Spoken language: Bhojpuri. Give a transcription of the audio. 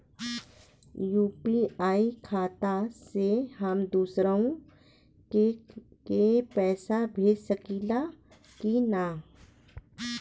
यू.पी.आई खाता से हम दुसरहु के पैसा भेज सकीला की ना?